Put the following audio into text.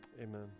amen